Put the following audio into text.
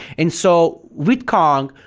and so with kong,